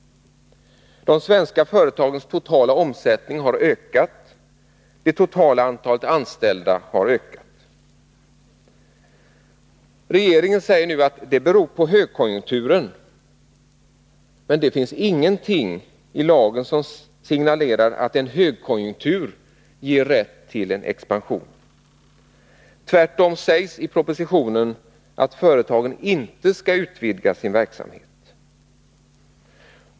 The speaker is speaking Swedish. De svenska företagens totala omsättning har ökat. Det totala antalet anställda har ökat. Regeringen säger nu att detta beror på högkonjunkturen, men det finns ingenting i lagen som signalerar att en högkonjunktur ger rätt till expansion. Tvärtom sägs i propositionen att företagen inte skall utvidga sin verksamhet.